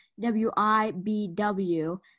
WIBW